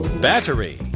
Battery